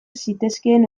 zitezkeen